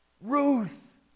Ruth